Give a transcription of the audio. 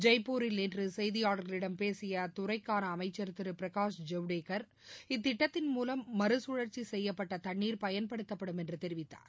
ஜெய்ப்பூரில் நேற்று செய்தியாளர்களிடம் பேசிய அத்துறைக்கான அமைச்சர் திரு பிரகாஷ் ஜவ்டேகர் இத்திட்டத்தின் மூலம் மறுகழற்சி செய்யப்பட்ட தண்ணீர் பயன்படுத்தப்படும் என்று தெரிவித்தார்